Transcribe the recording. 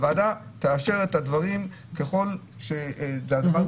הוועדה תאשר את הדברים ככל שדנו בה,